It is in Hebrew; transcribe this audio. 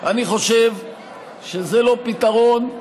אני חושב שזה לא פתרון,